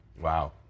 Wow